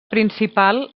principal